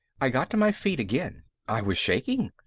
i got to my feet again. i was shaking.